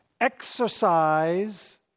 exercise